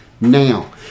now